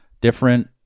different